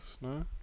No